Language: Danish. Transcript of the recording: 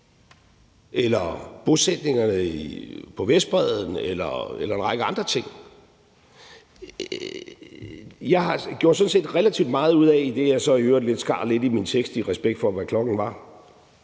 – bosættelserne på Vestbredden eller en række andre ting. Jeg gjorde sådan set relativt meget ud af, idet jeg så i øvrigt skar lidt i min tekst, i respekt for hvad klokken var,